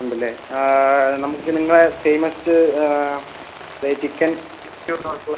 ഉണ്ടല്ലേ നമുക്ക് നിങ്ങള ഫേമസ് അത് ചിക്കൻ സിക്സ്റ്റി വൺ ആയിട്ടുള്ള